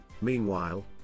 meanwhile